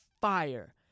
fire